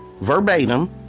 verbatim